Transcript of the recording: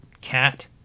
cat